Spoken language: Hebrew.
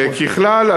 ככלל,